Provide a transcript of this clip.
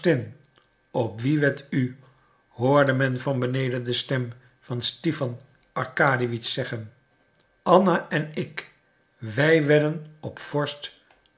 op wien wedt u hoorde men van beneden de stem van stipan arkadiewitsch zeggen anna en ik wij wedden op vorst